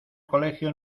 colegio